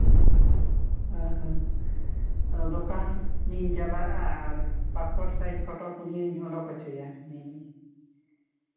ᱦᱮᱸ ᱦᱮᱸ ᱫᱚᱠᱟᱱ ᱤᱧ ᱪᱟᱞᱟᱜᱼᱟ ᱟᱨ ᱯᱟᱥᱯᱳᱨᱴ ᱥᱟᱭᱤᱡᱽ ᱯᱷᱳᱴᱳ ᱯᱩᱱᱤᱭᱟᱹᱧ ᱚᱰᱚᱠ ᱦᱚᱪᱚᱭᱟ ᱢᱮᱱᱤᱧ